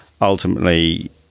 ultimately